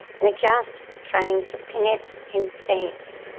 we're just trying to pin it in place.